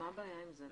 מה הבעיה עם זה?